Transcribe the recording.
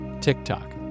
TikTok